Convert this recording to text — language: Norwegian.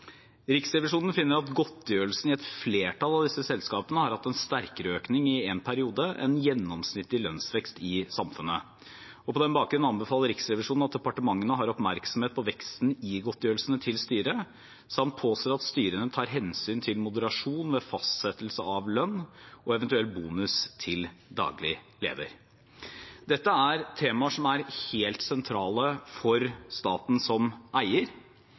Riksrevisjonen finner at godtgjørelsene i et flertall av disse selskapene i en periode har hatt en sterkere økning enn gjennomsnittlig lønnsvekst i samfunnet. På denne bakgrunnen anbefaler Riksrevisjonen at departementene har oppmerksomhet på veksten i godtgjørelsene til styret, samt påser at styrene tar hensyn til moderasjon ved fastsettelse av lønn og eventuell bonus til daglig leder. Dette er temaer som er helt sentrale for staten som eier.